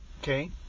Okay